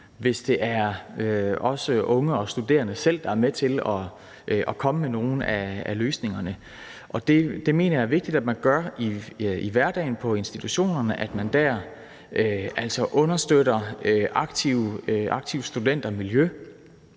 i, at det også er unge og studerende selv, der er med til at komme med nogle af løsningerne. Det mener jeg er vigtigt at man gør i hverdagen på institutionerne, altså at man dér understøtter aktive studentermiljøer